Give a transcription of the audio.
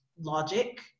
logic